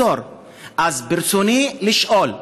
ברצוני לשאול: